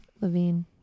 Levine